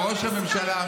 ראש הממשלה,